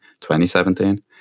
2017